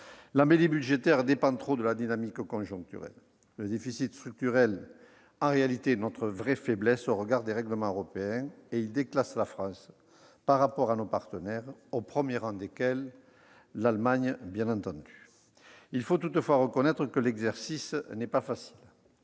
L'embellie budgétaire dépend trop de la dynamique conjoncturelle. Le déficit structurel, en réalité, est notre vraie faiblesse au regard des règlements européens et il déclasse la France par rapport à nos partenaires, au premier rang desquels figure l'Allemagne, bien entendu. Il faut toutefois reconnaître que l'exercice n'est pas facile,